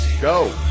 go